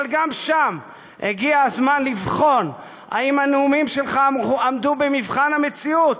אבל גם שם הגיע הזמן לבחון אם הנאומים שלך עמדו במבחן המציאות,